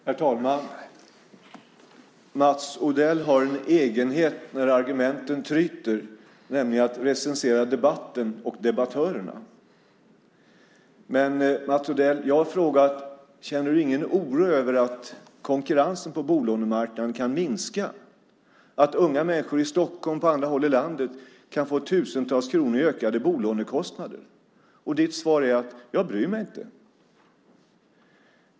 Herr talman! Mats Odell har en egenhet när argumenten tryter, nämligen att recensera debatten och debattörerna. Men, Mats Odell, jag har frågat: Känner du ingen oro över att konkurrensen på bolånemarknaden kan minska och att unga människor i Stockholm och på andra håll i landet kan få tusentals kronor i ökade bolånekostnader? Och ditt svar är: Jag bryr mig inte.